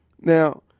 Now